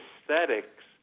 aesthetics